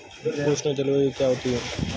उष्ण जलवायु क्या होती है?